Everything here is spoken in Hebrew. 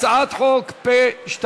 הצעת חוק פ/2180,